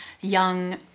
young